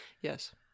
Yes